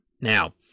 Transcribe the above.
Now